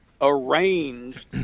arranged